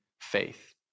faith